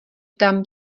tam